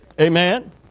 Amen